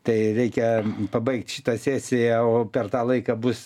tai reikia pabaigt šitą sesiją o per tą laiką bus